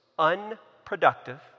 unproductive